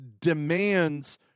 demands